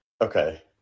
okay